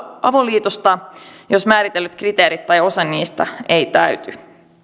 avoliitosta jos määritellyt kriteerit tai osa niistä eivät täyty